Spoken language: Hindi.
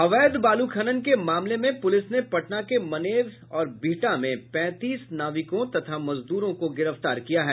अवैध बालू खनन के मामले में पुलिस ने पटना के मनेर और बिहटा में पैंतीस नाविकों तथा मजदूरों को गिरफ्तार किया है